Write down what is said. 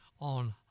on